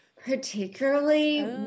particularly